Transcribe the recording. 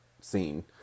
scene